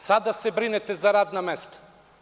Sada se brinete za radna mesta.